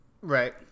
Right